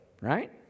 right